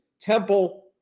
Temple